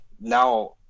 now